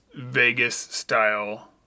Vegas-style